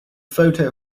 photo